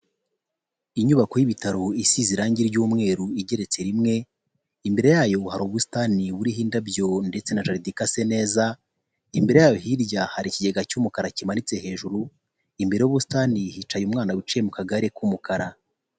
Inyubako y'ibitaro isize irangi ry'umweru igeretse rimwe imbere yayo hari ubusitani buriho indabyo ndetse na jaride ikase neza imbere yayo hirya hari ikigega cy'umukara kimanitse hejuru imbere y'ubusitani hicaye umwana wicayeye m'akagare k'umukara.